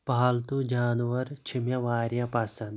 پالتُو جانوَر چھِ مےٚ واریاہ پسَنٛد